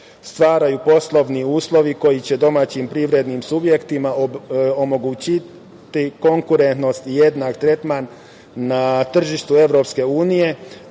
stvaraju poslovni uslovi koji će domaćim privrednim subjektima omogućiti konkurentnost i jednak tretman na tržištu EU,